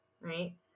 right